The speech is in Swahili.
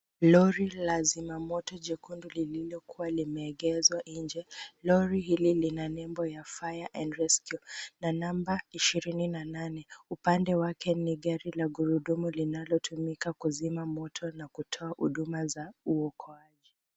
Lori la zimamoto jekundu lililokuwa limeegeshwa nje. Lori hili lina nembo ya fire and rescue na number ishirini na nane .Upande wake ni gari la gurudumu linalotumika kuzima moto na kutoa huduma za uokoji.